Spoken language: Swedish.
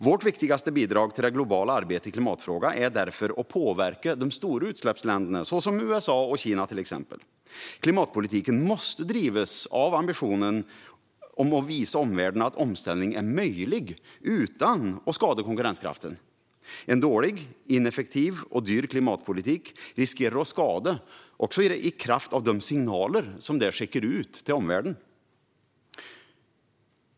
Vårt viktigaste bidrag till det globala arbetet i klimatfrågan är därför att påverka stora utsläppsländer som USA och Kina. Klimatpolitiken måste drivas av ambitionen att visa omvärlden att omställning är möjlig utan att skada konkurrenskraften. En dålig, ineffektiv och dyr klimatpolitik riskerar skada, också i kraft av de signaler det skickar ut till omvärlden.